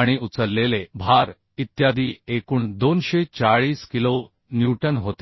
आणि उचललेले भार इत्यादी एकूण 240 किलो न्यूटन होते